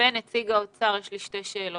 לאחר מכן נציג האוצר אליו יש לי שתי שאלות.